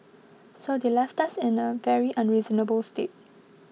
so they left us in a very unreasonable state